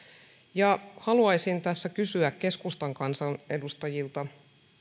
ja haluaisin tässä kysyä keskustan kansanedustajilta